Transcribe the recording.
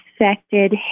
affected